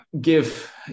give